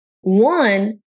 One